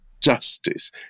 justice